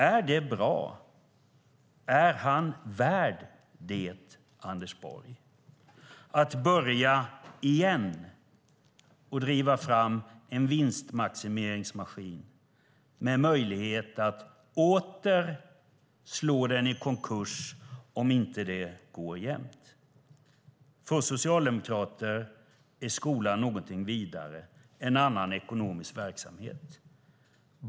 Är det bra? Är han värd det, Anders Borg? Är han värd att få börja igen och driva fram en vinstmaximeringsmaskin med möjlighet att åter driva den i konkurs om det inte går jämnt upp? För oss socialdemokrater är skolan någonting vidare - en annan ekonomisk verksamhet.